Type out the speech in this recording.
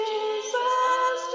Jesus